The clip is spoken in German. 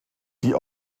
die